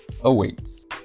awaits